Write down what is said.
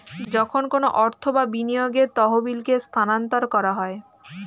যখন কোনো অর্থ বা বিনিয়োগের তহবিলকে স্থানান্তর করা হয়